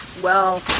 well,